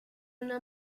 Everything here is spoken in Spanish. una